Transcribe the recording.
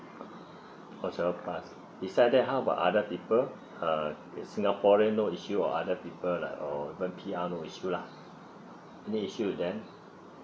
oh seven pass beside that how about other people uh if singaporean no issue or other people like or non P_R no issue lah any issue with them